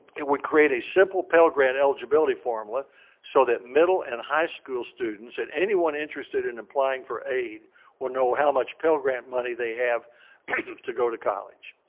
it would create a simple pell grant eligibility formula so that middle and high school students and anyone interested in applying for aid will know how much pell grant money they have to go to college.